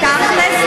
תכל'ס,